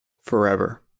Forever